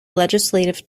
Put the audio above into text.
legislative